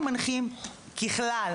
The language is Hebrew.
ככלל,